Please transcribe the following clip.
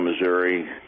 Missouri